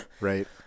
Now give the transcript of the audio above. Right